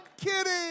kidding